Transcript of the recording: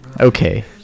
okay